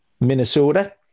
Minnesota